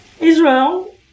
Israel